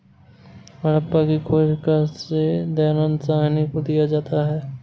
हड़प्पा की खोज का श्रेय दयानन्द साहनी को दिया जाता है